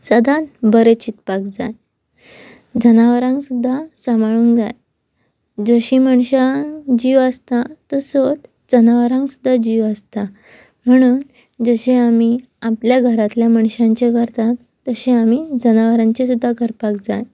सदांच बरें चिंतपाक जाय जनावरांक सुद्दां सांबाळूंक जाय जशीं मनशां जीव आसता तसोच जनावरांक सुद्दां जीव आसता म्हणून जशें आमी आपल्या घरांतल्या मनशांचे करतात तशें आमी जनावरांचे सुद्दां करपाक जाय